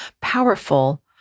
powerful